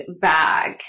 bag